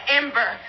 ember